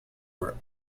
were